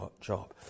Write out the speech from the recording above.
job